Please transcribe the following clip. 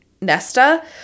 Nesta